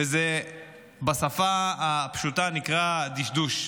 בשפה הפשוטה זה נקרא דשדוש,